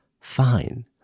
fine